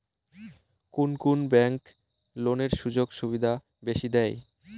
কুন কুন ব্যাংক লোনের সুযোগ সুবিধা বেশি দেয়?